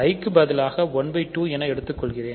i க்கு பதிலாக 12 எடுத்துக்கொள்கிறேன்